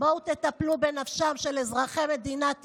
בואו תטפלו בנפשם של אזרחי מדינת ישראל.